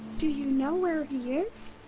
do you know where he is!